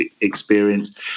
experience